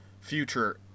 future